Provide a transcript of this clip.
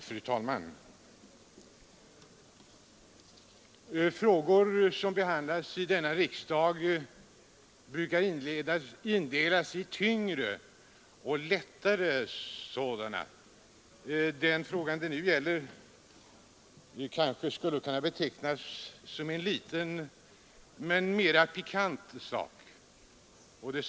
Fru talman! Frågor som behandlas i riksdagen brukar indelas i tyngre och lättare sådana. Den fråga det nu gäller skulle kanske kunna betecknas som liten men något pikant.